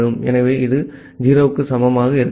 ஆகவே இது 0 க்கு சமமாக இருக்காது